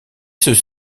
ceux